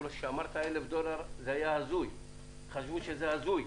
כשאמרת 1,000 דולר חשבו שזה הזוי,